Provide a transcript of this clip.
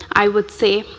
i would say,